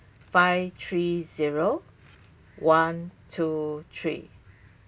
five three zero one two three